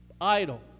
idle